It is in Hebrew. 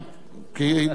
פעם אחת כמו שצריך.